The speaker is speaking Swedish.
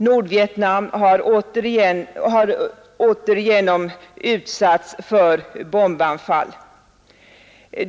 Nordvietnam har återigen utsatts för bombanfall.